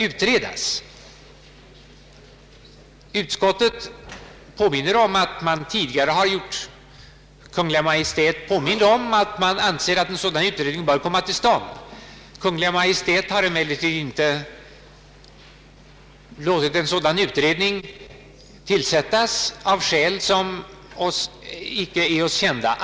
Utskottet erinrar om att man tidigare givit Kungl. Maj:t till känna att en sådan utredning bör komma till stånd. Kungl. Maj:t har emellertid inte låtit tillsätta en sådan utredning, av skäl som vi icke känner till.